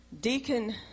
Deacon